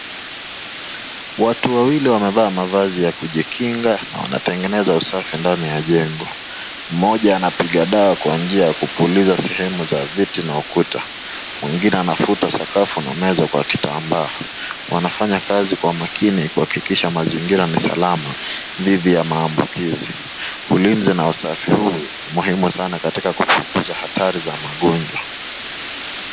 Watu wawili wamevaa mavazi ya kujikinga na wanatengeneza usafi ndani ya jengo moja anapiga dawa kwa njia ya kupuliza sehemu za viti na ukuta mwingine anafuta sakafuni kwa kitambaa wanafanya kazi kwa makini kuhakikisha mazingira ni salama dhidi ya maambukizi ulinzi na usafi huu muhimu sana katika harari za magonjwa.